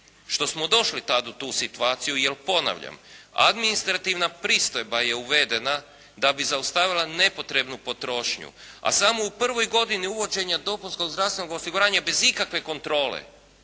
što smo došli tada u tu situaciju. Jer ponavljam, administrativna pristojba je uvedena da bi zaustavila nepotrebnu potrošnju, a samo u prvoj godini uvođenja dopunskog zdravstvenog osiguranja bez ikakve kontrole